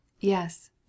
Yes